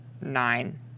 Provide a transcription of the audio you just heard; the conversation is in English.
nine